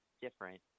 different